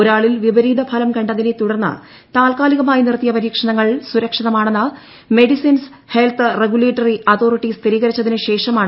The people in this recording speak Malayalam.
ഒരാളിൽ വിപരീത ഫലം കണ്ടതിനെ തുടർന്ന് താൽക്കാലികമായി നിർത്തിയ പരീക്ഷണങ്ങൾ സുരക്ഷിതമാണെന്ന് മെഡിസിൻസ് ഹെൽത്ത് റെഗുലേറ്ററി അതോറിറ്റി സ്ഥിരീകരിച്ചതിന് ശേഷമാണ് പുനരാരംഭിച്ചത്